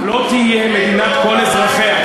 לא תהיה מדינת כל אזרחיה,